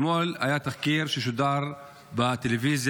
אתמול היה תחקיר ששודר בטלוויזיה,